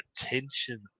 attention